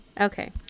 Okay